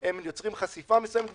הם יוצרים חשיפה מסוימת,